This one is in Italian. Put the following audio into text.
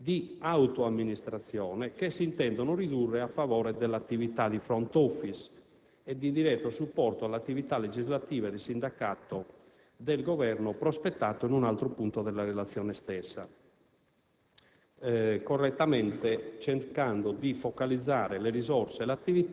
e le connesse risorse di spesa e professionali di autoamministrazione che si intendono ridurre a favore alla attività di *front office* e di diretto supporto all'attività legislativa e di sindacato del Governo, prospettata in un altro punto della relazione,